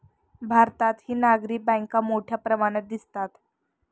भारतातही नागरी बँका मोठ्या प्रमाणात दिसतात